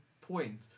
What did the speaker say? point